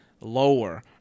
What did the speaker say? lower